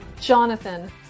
Jonathan